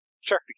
Sure